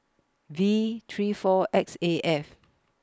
V three four X A F